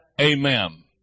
Amen